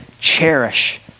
cherish